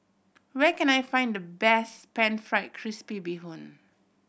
where can I find the best Pan Fried Crispy Bee Hoon